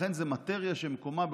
ולכן זה מטריה שמקומה בחוק-יסוד: